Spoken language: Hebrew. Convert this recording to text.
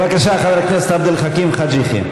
בבקשה, חבר הכנסת עבד אל חכים חאג' יחיא.